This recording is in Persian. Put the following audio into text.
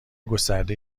گسترده